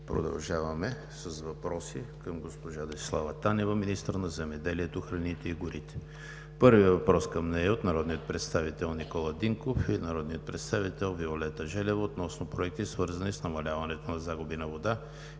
Продължаваме с въпроси към госпожа Десислава Танева – министър на земеделието, храните и водите. Първият въпрос към нея е от народния представител Никола Динков и народния представител Виолета Желева относно проекти, свързани с намаляването на загуби на вода